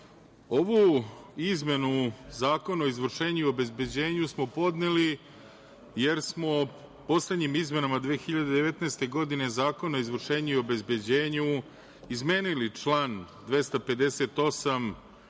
ovu izmenu Zakona o izvršenju i obezbeđenju smo podneli, jer smo poslednjim izmenama 2019. godine Zakona o izvršenju i obezbeđenju izmenili član 258.